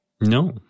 No